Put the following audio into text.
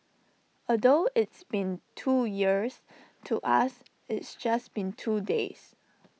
although it's been two years to us it's just been two days